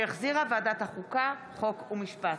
שהחזירה ועדת החוקה חוק ומשפט.